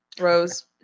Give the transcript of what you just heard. Rose